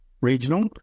regional